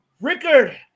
Rickard